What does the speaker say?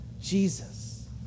jesus